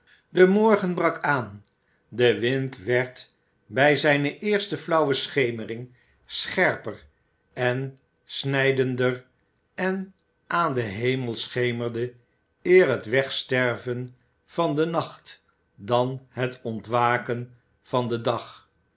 de morgen brak aan de wind werd bij zijne eerste flauwe schemering scherper en snijdender en aan den hemel schemerde eer het wegsterven van den nacht dan het ontwaken van den dag